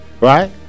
right